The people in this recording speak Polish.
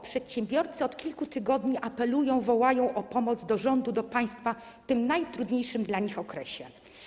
Przedsiębiorcy od kilku tygodni apelują, wołają o pomoc do rządu, do państwa w tym najtrudniejszym dla nich okresie.